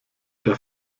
der